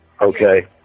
Okay